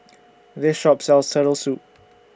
This Shop sells Turtle Soup